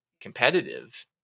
competitive